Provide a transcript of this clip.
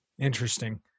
Interesting